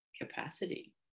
capacity